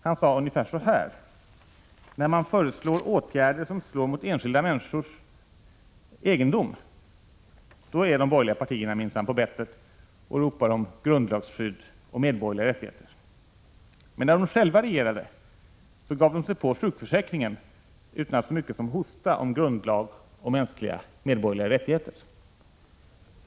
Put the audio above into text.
Han sade ungefär så här: När man föreslår åtgärder som slår mot enskilda människors egendom, då är de borgerliga partierna minsann på bettet och ropar om grundlagsskydd och medborgerliga rättigheter, men när de själva regerade gav de sig på sjukförsäkringen utan att så mycket som hosta om grundlag och medborgerliga rättigheter.